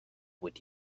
would